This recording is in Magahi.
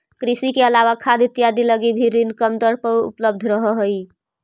कृषि के अलावा खाद इत्यादि लगी भी ऋण कम दर पर उपलब्ध रहऽ हइ